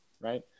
right